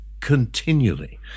continually